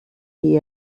die